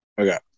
Okay